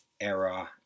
error